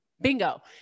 bingo